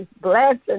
blessing